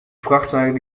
vrachtwagen